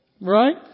right